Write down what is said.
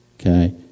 Okay